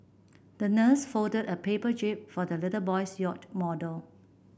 the nurse folded a paper jib for the little boy's yacht model